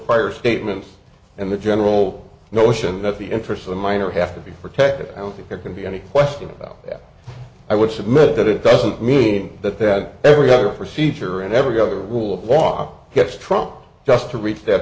prior statements and the general notion that the interests of the minor have to be protected i don't think there can be any question about that i would submit that it doesn't mean that that every other procedure and every other rule of law has strong just to reach that